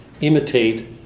imitate